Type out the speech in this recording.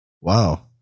Wow